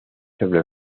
sobre